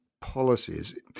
policies